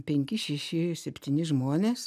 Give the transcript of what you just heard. penki šeši septyni žmonės